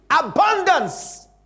abundance